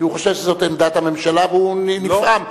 כי הוא חושב שזאת עמדת הממשלה והוא נפעם,